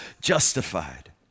justified